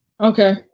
Okay